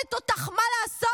שואלת אותך מה לעשות,